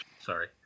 Sorry